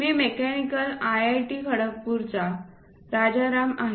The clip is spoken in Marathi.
मी मेकॅनिकल इंजीनियरिंग IIT खडगपूरचा राजाराम आहे